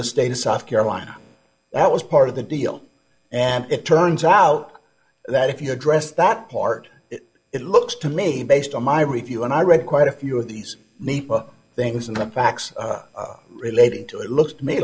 the status of carolina that was part of the deal and it turns out that if you address that part it looks to me based on my review and i read quite a few of these things and the facts relating to it looks to me